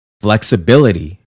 flexibility